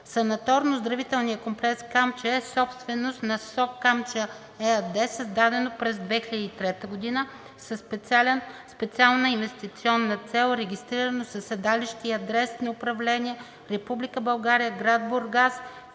Санаторно-оздравителният комплекс „Камчия“ е собственост на „СОК Камчия“ ЕАД, създадено през 2003 г. със специална инвестиционна цел, регистрирано със седалище и адрес на управление – Република България, град Бургас,